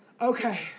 Okay